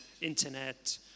internet